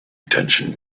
attention